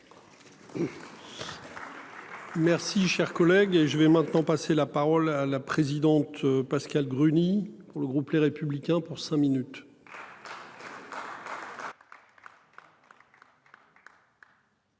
Merci cher collègue. Et je vais maintenant passer la parole à la présidente. Pascale Gruny pour le groupe Les Républicains pour cinq minutes.